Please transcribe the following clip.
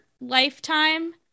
lifetime